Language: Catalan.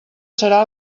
serà